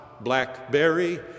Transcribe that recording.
Blackberry